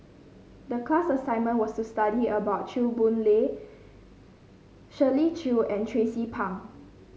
the class assignment was to study about Chew Boon Lay Shirley Chew and Tracie Pang